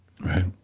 right